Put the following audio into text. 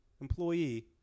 employee